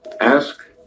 Ask